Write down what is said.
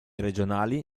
regionali